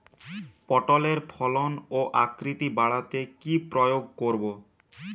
পটলের ফলন ও আকৃতি বাড়াতে কি প্রয়োগ করব?